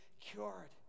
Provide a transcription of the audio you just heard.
cured